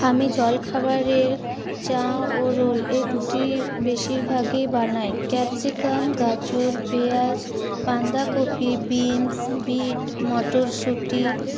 আমি জল খাবারে চাউ ও রোল এই দুটি বেশিরভাগই বানাই ক্যাপসিক্যাম গাঁজর পেঁয়াজ বাঁধাকপি বিন্স বিট মটরশুঁটি